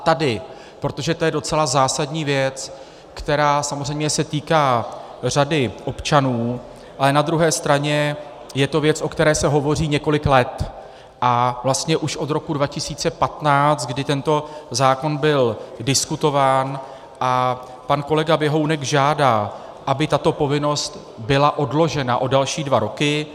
Tady, protože to je docela zásadní věc, která samozřejmě se týká řady občanů, ale na druhé straně je to věc, o které se hovoří několik let, vlastně už od roku 2015, kdy tento zákon byl diskutován, a pan kolega Běhounek žádá, aby tato povinnost byla odložena o další dva roky.